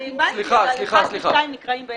אני הבנתי אבל 1 ו-2 נקראים ביחד?